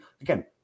again